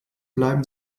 bleiben